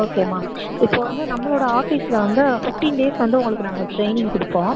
ஓகேம்மா இப்போ வந்து நம்ம ஒரு ஆஃபீஸில் வந்து ஃபிஃப்டீன் டேஸ் வந்து உங்களுக்கு நாங்கள் ஒரு ட்ரெயினிங் கொடுப்போம்